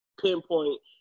pinpoint